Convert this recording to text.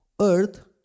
earth